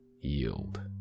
yield